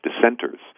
dissenters